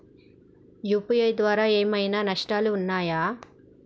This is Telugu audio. యూ.పీ.ఐ ద్వారా ఏమైనా నష్టాలు ఉన్నయా?